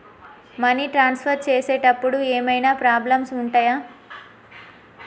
Money transfer చేసేటప్పుడు ఏమైనా problems ఉంటయా?